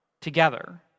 together